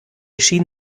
schien